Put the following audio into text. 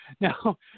Now